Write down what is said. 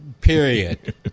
Period